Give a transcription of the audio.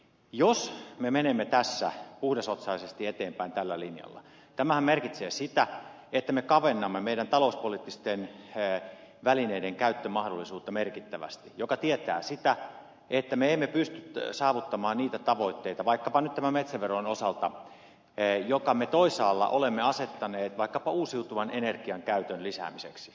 jos me menemme tässä puhdasotsaisesti eteenpäin tällä linjalla tämähän merkitsee sitä että me kavennamme meidän talouspoliittisten välineidemme käyttömahdollisuutta merkittävästi mikä tietää sitä että me emme pysty saavuttamaan niitä tavoitteita vaikkapa nyt tämän metsäveron osalta joita me toisaalla olemme asettaneet vaikkapa uusiutuvan energian käytön lisäämiseksi